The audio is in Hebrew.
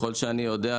ככל שאני יודע,